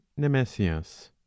Nemesius